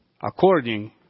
according